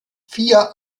vier